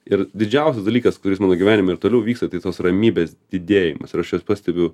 ir didžiausias dalykas kuris mano gyvenime ir toliau vyksta tai tos ramybės didėjimas ir aš jos pastebiu